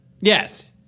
Yes